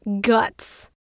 guts